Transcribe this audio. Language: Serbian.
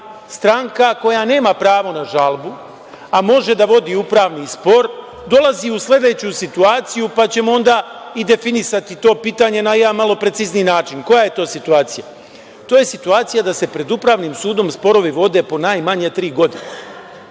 stranka koja nema pravo na žalbu, a može da vodi upravni spor, dolazi u sledeću situaciju pa ćemo onda definisati to pitanje na jedan malo precizniji način. Koja je to situacija? To je situacija da se pred Upravnim sudom sporovi vode po najmanje tri godine.